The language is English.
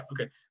okay